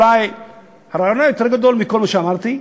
הרעיון היותר-גדול מכל מה שאמרתי,